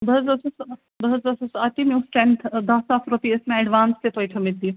بہٕ حظ ٲسٕس ٲں بہٕ حظ ٲسٕس اَتہِ مےٚ اوس ٹیٚن دہ ساس رۄپیہ ٲسۍ مےٚ ایٚڈوانٕس تہِ تۄہہِ تھٔمٕتۍ دِتھ